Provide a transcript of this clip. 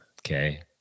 Okay